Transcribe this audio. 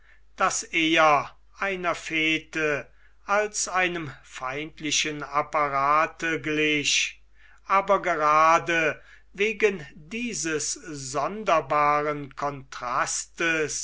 das eher einer fte als einem feindlichen apparate glich aber gerade wegen dieses sonderbaren contrastes